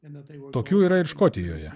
tokių yra ir škotijoje